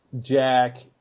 Jack